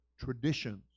traditions